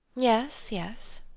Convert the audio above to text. yes, yes.